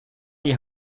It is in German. die